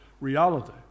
reality